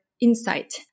insight